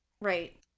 Right